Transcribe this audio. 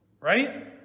Right